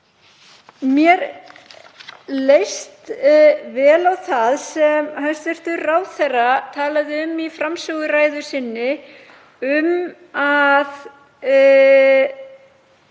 Mér leist vel á það sem hæstv. ráðherra talaði um í framsöguræðu sinni um að